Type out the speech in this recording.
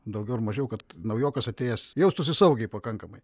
daugiau ar mažiau kad naujokas atėjęs jaustųsi saugiai pakankamai